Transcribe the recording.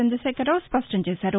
చంద్రశేఖరరావు స్పష్టంచేశారు